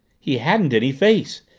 he hadn't any face.